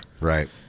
Right